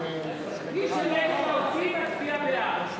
מי שנגד העובדים מצביע בעד.